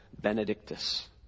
benedictus